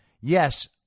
yes